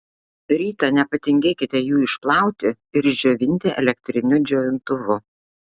rytą nepatingėkite jų išplauti ir išdžiovinti elektriniu džiovintuvu